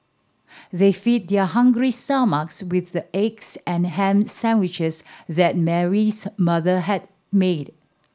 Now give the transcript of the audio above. they feed their hungry stomachs with the eggs and ham sandwiches that Mary's mother had made